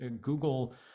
Google